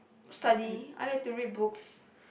study I like to read books